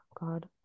god